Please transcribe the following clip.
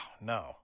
no